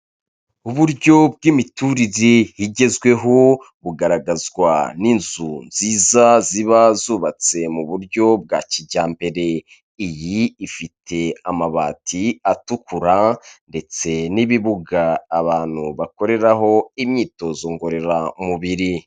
Uburyo bw'imituririre igezweho bugaragazwa n'inzu nziza ziba zubatse mu buryo bwa kijyambere, iyi ifite amabati atukura ndetse n'ibibuga abantu bakoreraho imyitozo ngororamubiri.